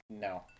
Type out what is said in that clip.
no